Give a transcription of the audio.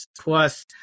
Plus